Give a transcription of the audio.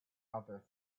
other